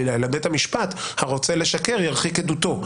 ואז בית המשפט הרוצה לשקר ירחיק עדותו.